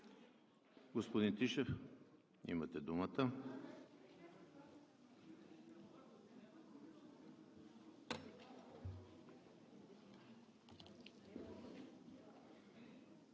Господин Тишев, имате думата.